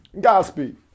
Godspeed